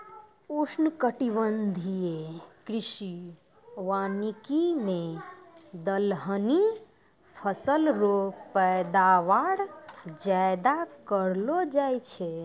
उष्णकटिबंधीय कृषि वानिकी मे दलहनी फसल रो पैदावार ज्यादा करलो जाय छै